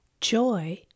Joy